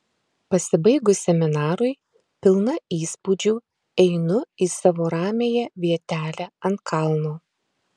pasibaigus seminarui pilna įspūdžių einu į savo ramiąją vietelę ant kalno